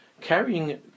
Carrying